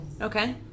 Okay